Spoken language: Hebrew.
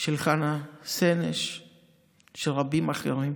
של חנה סנש ושל רבים אחרים.